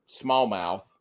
smallmouth